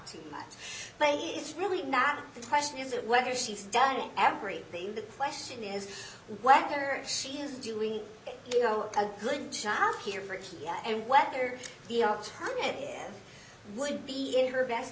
too much but it's really not the question isn't whether she's done every thing the question is whether she is doing you know a good job here for it and whether the alternative would be in her best